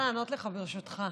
לך, ברשותך.